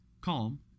calm